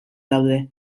daude